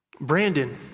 brandon